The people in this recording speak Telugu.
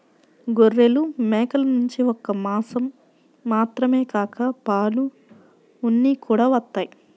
గొర్రెలు, మేకల నుంచి ఒక్క మాసం మాత్రమే కాక పాలు, ఉన్ని కూడా వత్తయ్